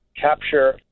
capture